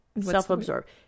self-absorbed